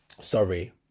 sorry